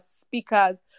speakers